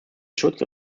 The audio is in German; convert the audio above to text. schutz